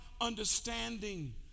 understanding